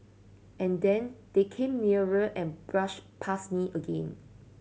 and then they came nearer and brushed past me again